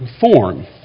form